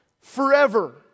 forever